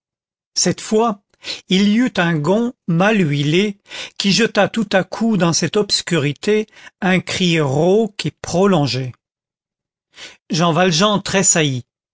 cette fois il y eut un gond mal huilé qui jeta tout à coup dans cette obscurité un cri rauque et prolongé jean valjean